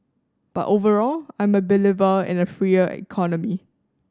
but overall I'm a believer in a freer economy